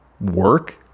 work